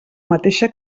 mateixa